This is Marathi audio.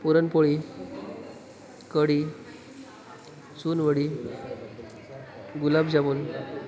पुरणपोळी कढी चूनवडी गुलाबजामून